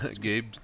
Gabe